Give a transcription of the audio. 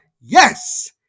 yes